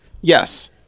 Yes